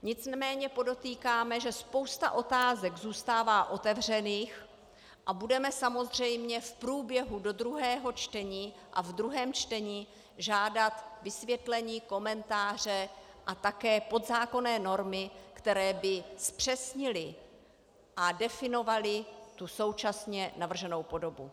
Nicméně podotýkáme, že spousta otázek zůstává otevřených a budeme samozřejmě v průběhu času do druhého čtení a v druhém čtení žádat vysvětlení, komentáře a také podzákonné normy, které by zpřesnily a definovaly současně navrženou podobu.